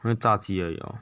还有炸鸡而已 lor